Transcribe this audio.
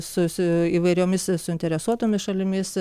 su su įvairiomis suinteresuotomis šalimis